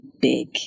big